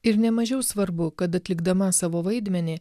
ir nemažiau svarbu kad atlikdama savo vaidmenį